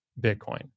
Bitcoin